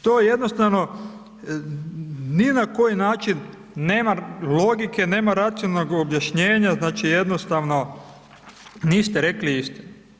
Eto, to je jednostavno, ni na koji način nema logike, nema racionalnog objašnjenje, znači jednostavno niste rekli istinu.